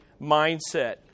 mindset